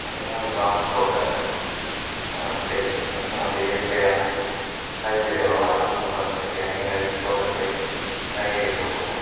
அதுதான் கிராமத்தோட வாழ்க்கை நமக்கு இயற்கையான காய்கறிகள்லாம் ரொம்ப கிடைக்கும் எங்கள் வீட்டு தோட்டத்திலே காய்கறி போட்டிருக்கோம்